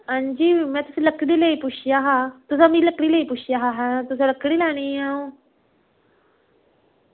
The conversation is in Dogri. हां जी मैं तुसें लकड़ी लेई पुच्छेआ हा तुसैं मी लकड़ी लेई पुच्छेआ अहैं तुसैं लकड़ी लैनी आऊं